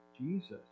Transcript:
Jesus